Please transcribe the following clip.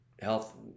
health